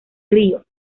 ríos